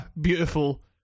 beautiful